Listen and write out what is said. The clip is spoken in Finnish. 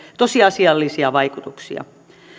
tosiasiallisia vaikutuksia